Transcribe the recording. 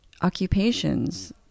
occupations